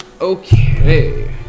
Okay